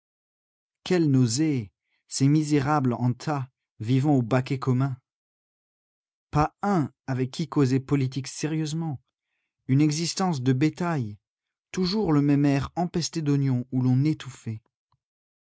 quelle nausée ces misérables en tas vivant au baquet commun pas un avec qui causer politique sérieusement une existence de bétail toujours le même air empesté d'oignon où l'on étouffait